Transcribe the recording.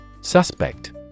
Suspect